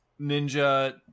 ninja